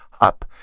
up